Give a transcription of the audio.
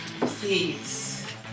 Please